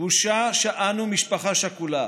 'בושה', שאנו משפחה שכולה,